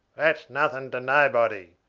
that's nothing to nobody,